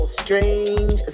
strange